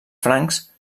francs